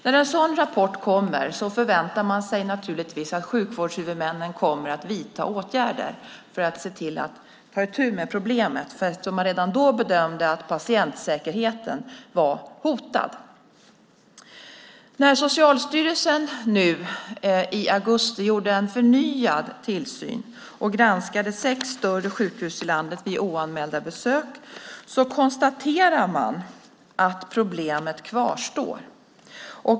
När en sådan rapport kommer förväntar man sig naturligtvis att sjukvårdshuvudmännen kommer att vidta åtgärder för att se till att ta itu med problemet, eftersom man redan då bedömde att patientsäkerheten var hotad. När Socialstyrelsen nu i augusti gjorde en förnyad tillsyn och granskade sex större sjukhus i landet vid oanmälda besök konstaterade man att problemet kvarstår.